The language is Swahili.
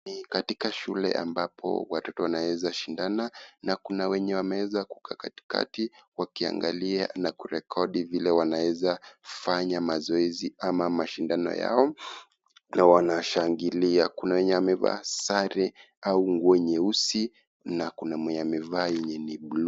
Ni katika shule ambapo watoto wanaweza shindana, na kuna wenye wanaeza kukaa katikati na wakiangalia na kurekodi vile wanaweza fanya mazoezi ama mashindano yao na wanashangilia, kuna wenye wamevaa sare au nguo nyeusi na kuna mwenye amevaa yenye ni bulu.